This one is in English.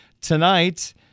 tonight